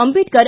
Ambedkar